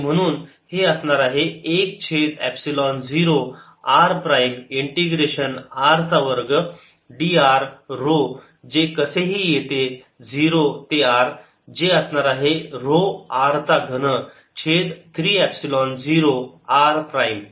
आणि म्हणून हे असणार आहे 1 छेद epsilon zero r prime integration r चा वर्ग d r ऱ्हो जे कसेही येते 0 ते r जे असणार आहे ऱ्हो R चा घन छेद 3 एपसिलोन झिरो r प्राईम